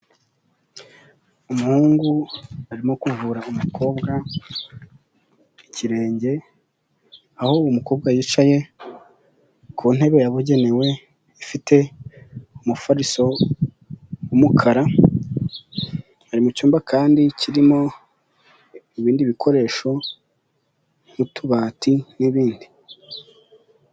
Umuhungu arimo kuvura umukobwa ikirenge, aho umukobwa yicaye ku ntebe yabugenewe ifite umufariso w'umukara, ari mu cyumba kandi kirimo ibindi bikoresho nk'utubati n'ibindi.